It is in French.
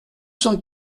cent